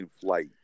flight